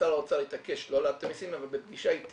שר האוצר התעקש לא להעלות את המסים אבל בפגישה איתי